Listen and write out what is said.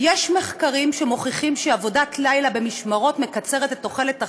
יש מחקרים שמוכיחים שעבודת לילה במשמרות מקצרת את תוחלת החיים,